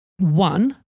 One